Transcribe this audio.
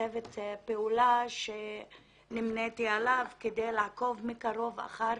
פעולה שנמניתי עליו כדי לעקוב מקרוב אחר